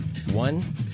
One